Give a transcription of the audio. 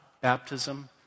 baptism